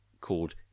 called